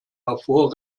davor